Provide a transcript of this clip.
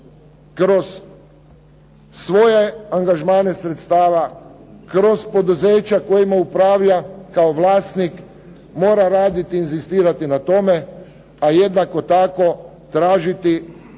kroz svoje angažmane sredstava, kroz poduzeća kojima upravlja kao vlasnik mora raditi i inzistirati na tome, a jednako tako tražiti da i oni